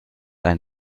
ein